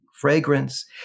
fragrance